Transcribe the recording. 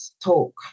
talk